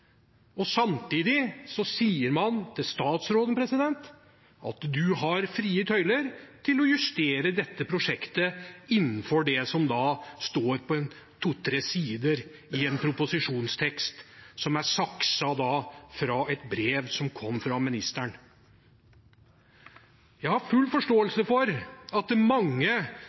Samtidig sier man til statsråden at han har frie tøyler til å justere dette prosjektet innenfor det som står på to-tre sider i en proposisjonstekst, som er sakset fra et brev som kom fra ministeren. Jeg har full forståelse for at mange